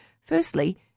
Firstly